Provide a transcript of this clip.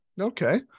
Okay